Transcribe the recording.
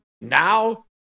Now